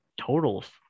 totals